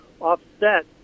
offset